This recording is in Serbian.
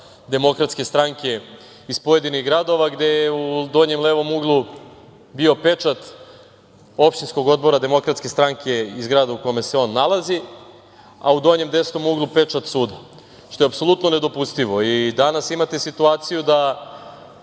odbora DS iz pojedinih gradova gde je u donjem levom uglu bio pečat opštinskog odbora DS iz grada u kome se on nalazi, a u donjem desnom uglu pečat od suda, što je apsolutno nedopustivo. Danas imate situaciju da